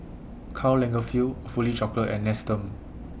Karl Lagerfeld Awfully Chocolate and Nestum